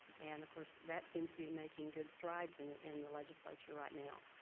and of course, that seems to be making good strides in in the legislature right now.